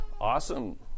Awesome